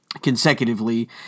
consecutively